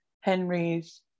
Henry's